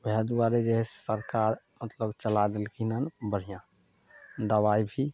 वएह दुआरे जे हइ से सरकार मतलब चला देलखिन हन बढ़िआँ दबाइ भी